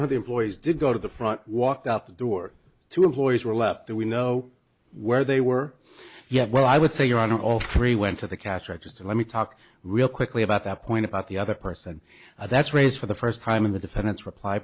employees did go to the front walked out the door to employees were left there we know where they were yes well i would say you're on all three went to the cash register let me talk real quickly about that point about the other person that's race for the first time in the defendant's reply